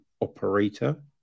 operator